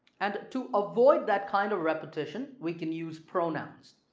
and to avoid that kind of repetition we can use pronouns.